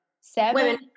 Seven